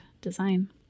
design